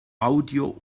audio